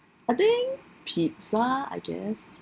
I think pizza I guess